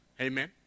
Amen